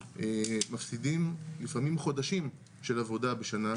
מפסידים לפעמים חודשים של עבודה בשנה,